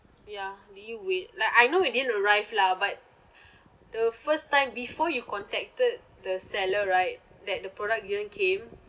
ya did you wait like I know it didn't arrive lah but the first time before you contacted the seller right that the product didn't came